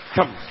Come